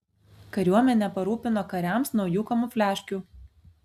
kariuomenę parūpino kariams naujų kamufliažkių